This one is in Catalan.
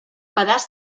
pedaç